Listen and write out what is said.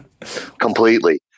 completely